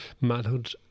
manhood